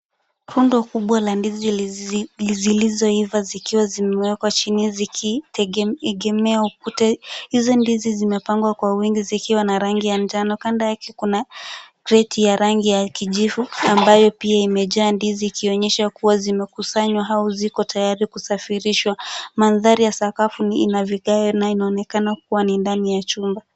Lundo kubwa la ndizi zilizoiva zikiwa zimewekwa chini zikiegemea ukuta, hizi ndizi zimepangwa kwa wingi, zikiwa na rangi ya njano, kando yake kuna kreti ya rangi ya kijivu ambayo pia imejaa ndizi zikionyesha kuwa zimekusanywa au ziko tayari kusafirishwa, mandhari ya sakafu ina vigae na inaonekana kuwa ni ndani ya chumba.